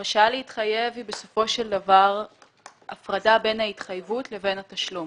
הרשאה להתחייב היא בסופו של דבר הפרדה בין ההתחייבות לבין התשלום.